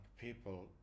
people